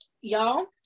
y'all